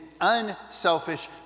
unselfish